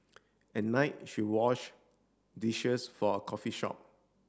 at night she wash dishes for a coffee shop